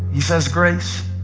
he says grace